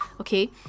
okay